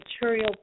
material